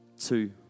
two